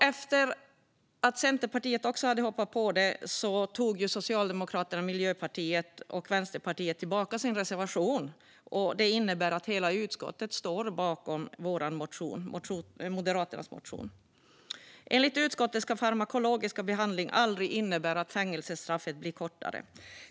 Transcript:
Efter att Centerpartiet hoppade på tog Socialdemokraterna, Miljöpartiet och Vänsterpartiet tillbaka sin reservation, och det innebär att hela utskottet står bakom Moderaternas motion. Enligt utskottet ska farmakologisk behandling aldrig innebära att fängelsestraffet blir kortare.